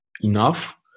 enough